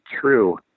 true